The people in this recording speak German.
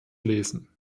lesen